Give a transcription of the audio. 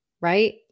right